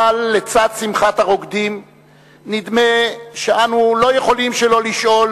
אבל לצד שמחת הרוקדים נדמה שאנו לא יכולים שלא לשאול,